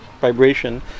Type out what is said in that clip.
vibration